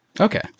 Okay